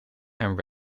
and